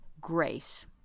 grace